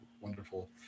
wonderful